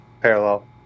parallel